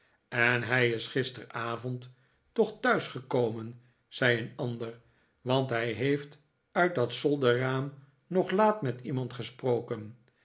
en hij is gisteravond toch thuis gekomen zei een ander want hij heeft uit dat zolderraam nog laat met iemand gesproken